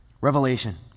Revelation